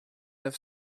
neuf